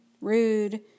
rude